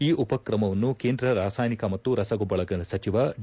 ಈ ಉಪಕ್ರಮವನ್ನು ಕೇಂದ್ರ ರಾಸಾಯನಿಕ ಮತ್ತು ರಸಗೊಬ್ಬರಗಳ ಸಚಿವ ಡಿ